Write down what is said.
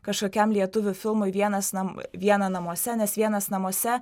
kažkokiam lietuvių filmui vienas nam vieną namuose nes vienas namuose